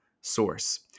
source